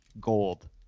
gold